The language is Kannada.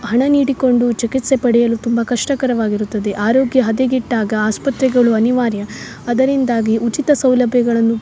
ಹಣ ನೀಡಿಕೊಂಡು ಚಿಕಿತ್ಸೆ ಪಡೆಯಲು ತುಂಬಾ ಕಷ್ಟಕರವಾಗಿರುತ್ತದೆ ಅರೋಗ್ಯ ಹದಗೆಟ್ಟಾಗ ಆಸ್ಪತ್ರೆಗಳು ಅನಿವಾರ್ಯ ಅದರಿಂದಾಗಿ ಉಚಿತ ಸೌಲಭ್ಯಗಳನ್ನು